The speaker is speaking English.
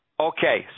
Okay